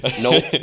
Nope